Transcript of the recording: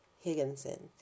Higginson